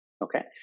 Okay